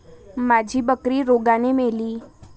माझी बकरी रोगाने मेली